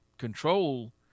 control